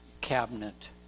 cabinet